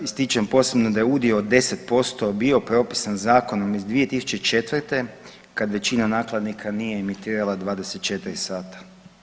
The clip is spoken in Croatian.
Ističem posebno da je udio od 10% bio propisan zakonom iz 2004. kad većina nakladnika nije emitirala 24 sata.